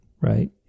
right